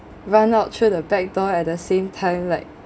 run out through the back door at the same time like